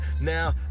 Now